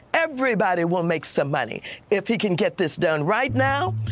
everybody will make some money if he can get this done. right now,